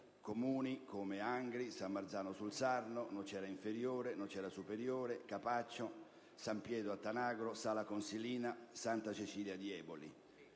comuni come Angri, San Marzano sul Sarno, Nocera inferiore, Nocera superiore, Capaccio, San Pietro al Tanagro, Sala Consilina, Santa Cecilia di Eboli.